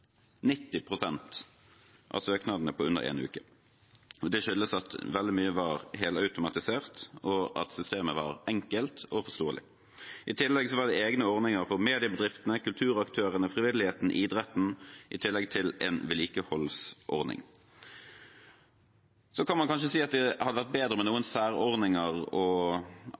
av søknadene på under én uke. Det skyldes at veldig mye var helautomatisert, og at systemet var enkelt og forståelig. I tillegg var det egne ordninger for mediebedriftene, kulturaktørene, frivilligheten, idretten, i tillegg til en vedlikeholdsordning. Man kan kanskje si at det hadde vært bedre med færre særordninger, og